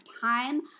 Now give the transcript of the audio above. time